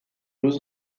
روز